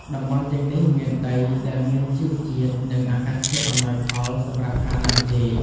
តំបន់ទាំងនេះមានដីដែលមានជីវជាតិ និងអាកាសធាតុអំណោយផលសម្រាប់ការដាំចេក។